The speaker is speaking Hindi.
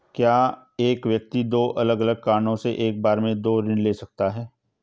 क्या एक व्यक्ति दो अलग अलग कारणों से एक बार में दो ऋण ले सकता है?